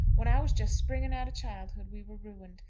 when i was just springing out of childhood, we were ruined.